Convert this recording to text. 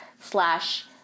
slash